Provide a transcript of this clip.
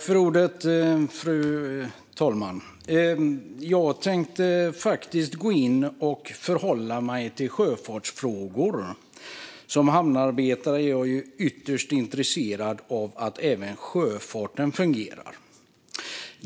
Fru talman! Jag tänkte faktiskt gå in och förhålla mig till sjöfartsfrågor. Som hamnarbetare är jag ju ytterst intresserad av att även sjöfarten fungerar.